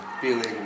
feeling